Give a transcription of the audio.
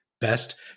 best